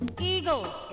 eagle